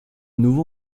nouveau